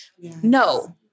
No